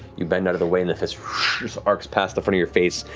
you bend out of the way and the fist just archs past the front of your face,